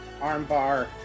Armbar